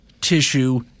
tissue